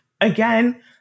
again